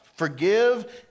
Forgive